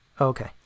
Okay